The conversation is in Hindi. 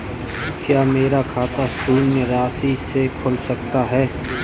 क्या मेरा खाता शून्य राशि से खुल सकता है?